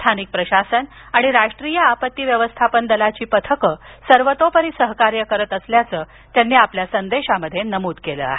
स्थानिक प्रशासन आणि राष्ट्रीय आपत्ती व्यवस्थापन दलाची पथकं सर्वतोपरी सहकार्य करत असल्याचं त्यांनी आपल्या संदेशात म्हटलं आहे